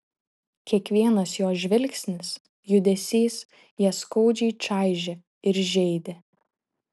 kiekvienas jo žvilgsnis judesys ją skaudžiai čaižė ir žeidė